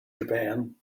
japan